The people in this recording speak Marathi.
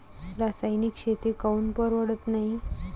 रासायनिक शेती काऊन परवडत नाई?